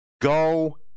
Go